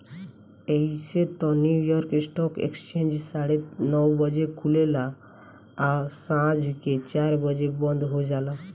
अइसे त New York stock exchange साढ़े नौ बजे खुलेला आ सांझ के चार बजे बंद हो जाला